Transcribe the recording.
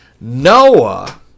Noah